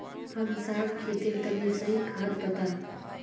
हमसार खेतेर तने सही खाद बता